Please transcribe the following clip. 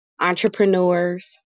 entrepreneurs